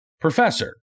professor